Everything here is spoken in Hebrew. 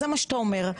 זה מה שאתה אומר.